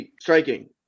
striking